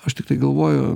aš tiktai galvoju